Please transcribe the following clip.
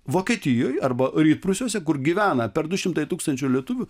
vokietijoj arba rytprūsiuose kur gyvena per du šimtai tūkstančių lietuvių